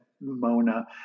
Mona